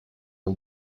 dal